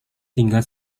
tinggal